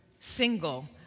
single